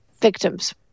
victims